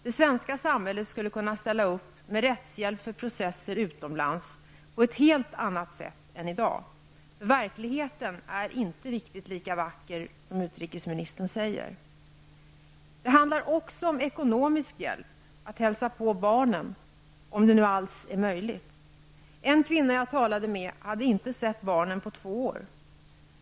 Det svenska samhället skulle kunna ställa upp med rättshjälp för processer utomlands på ett helt annat sätt än i dag. Verkligheten är inte riktigt så vacker som utrikesministern beskriver den. Det handlar också om ekonomisk hjälp för att kunna hälsa på barnen, om det nu alls är möjligt. En kvinna som jag talade med hade inte sett barnen på två år.